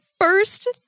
first